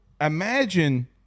imagine –